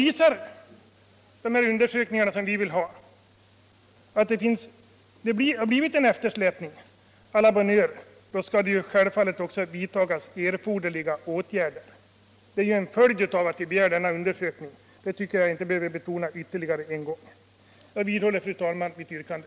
Visar de undersökningar vi vill ha till stånd att det uppstått en eftersläpning för pensionärerna, å la bonne heure! Då skall det självfallet också vidtas erforderliga åtgärder. Det är en följd av att vi begär denna undersökning. Det tycker jag inte att jag behöver betona ännu en gång. Jag vidhåller, fru talman, mitt yrkande.